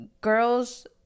girls